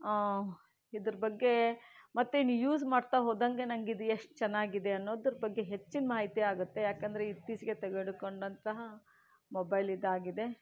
ಇದರ ಬಗ್ಗೆ ಮತ್ತೇನು ಯೂಸ್ ಮಾಡ್ತಾಹೋದಂಗೆ ನಂಗಿದು ಎಷ್ಟು ಚೆನ್ನಾಗಿದೆ ಅನ್ನೋದರ ಬಗ್ಗೆ ಹೆಚ್ಚಿನ ಮಾಹಿತಿ ಆಗತ್ತೆ ಯಾಕೆಂದ್ರೆ ಇತ್ತೀಚಿಗೆ ತೆಗೆದುಕೊಂಡಂತಹ ಮೊಬೈಲ್ ಇದಾಗಿದೆ